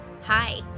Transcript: Hi